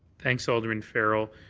thanks alderman farrell.